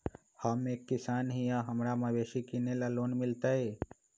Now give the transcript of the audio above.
हम एक किसान हिए हमरा मवेसी किनैले लोन मिलतै?